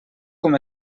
com